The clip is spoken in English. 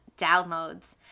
downloads